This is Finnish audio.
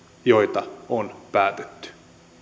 joita on päätetty